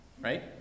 right